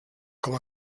com